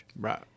Right